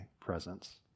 presence